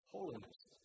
Holiness